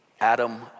Adam